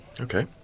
Okay